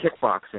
Kickboxing